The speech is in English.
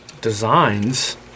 designs